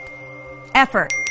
effort